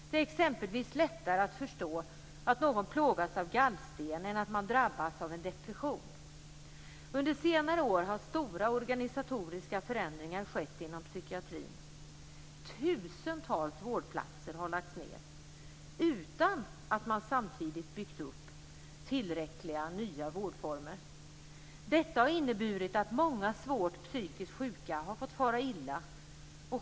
Det är exempelvis lättare att förstå att någon plågas av gallsten än att man drabbas av en depression. Under senare år har stora organisatoriska förändringar skett inom psykiatrin. Tusentals vårdplatser har lagts ned utan att man samtidigt byggt upp tillräckliga nya vårdformer. Detta har inneburit att många svårt psykiskt sjuka har fått fara illa.